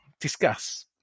Discuss